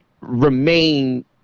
remain